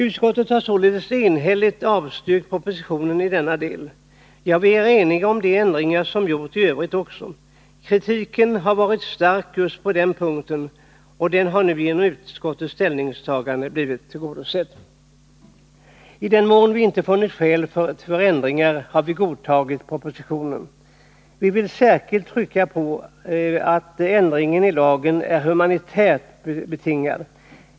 Utskottet har således enhälligt avstyrkt propositionen i denna del — ja, vi är eniga om de ändringar som gjorts också i övrigt. Kritiken har varit stark just på den här punkten, och den har nu genom utskottets ställningstagande blivit I den mån vi inte funnit skäl för ändringar har vi godtagit propositionen. Vi vill särskilt trycka på att ändringen i lagen är humanitärt betingad.